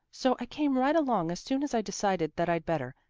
so i came right along as soon as i decided that i'd better,